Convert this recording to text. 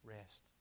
rest